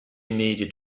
needed